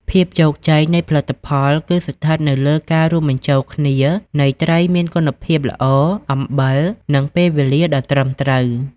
ភាពជោគជ័យ នៃផលិតផលគឺស្ថិតនៅលើការរួមបញ្ចូលគ្នានៃត្រីមានគុណភាពល្អ អំបិល និងពេលវេលាដ៏ត្រឹមត្រូវ។